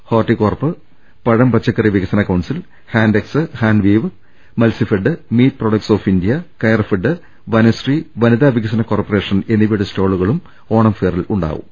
horti corp പഴം പച്ചുക്കറി വികസന council Hantex Hanveev Matsyafed meat products of India Coirfed Vanasree വനിതാ വികസന കോർപ്പറേഷൻ എന്നിവയുടെ സ്റ്റോളുകളും ഓണം ഫെയറിൽ ഉണ്ടായിരി ക്കും